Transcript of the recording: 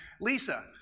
Lisa